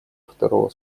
второго